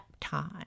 time